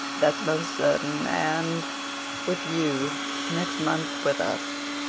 that's most certain, and with you next month with us.